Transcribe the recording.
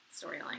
storyline